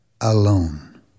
alone